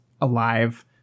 alive